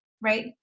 right